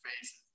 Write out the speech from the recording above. faces